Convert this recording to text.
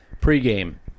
pre-game